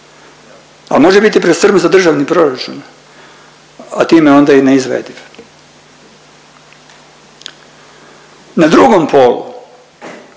On može biti prestrm za državni proračun, a time je onda i neizvediv. Na drugom polu